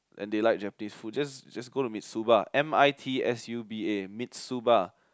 and they like Japanese food just just go to Mitsuba m_i_t_s_u_b_a Mitsuba